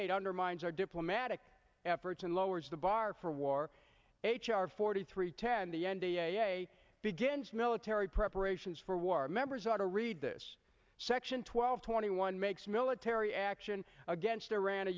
eight undermines our diplomatic efforts and lowers the bar for war h r forty three ten the n d a begins military preparations for war members are to read this section twelve twenty one makes military action against iran